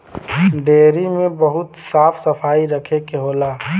dairy में बहुत साफ सफाई रखे के होला